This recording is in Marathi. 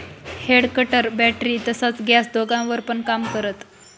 हेड कटर बॅटरी तसच गॅस दोघांवर पण काम करत